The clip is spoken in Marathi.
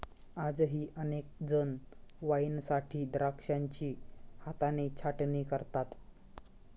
आजही अनेक जण वाईनसाठी द्राक्षांची हाताने छाटणी करतात